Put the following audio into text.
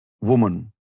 woman